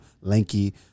lanky